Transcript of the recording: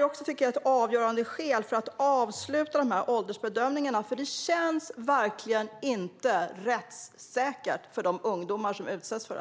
jag tycker är ett avgörande skäl för att avsluta de här åldersbedömningarna. Det känns ju verkligen inte rättssäkert för de ungdomar som utsätts för detta.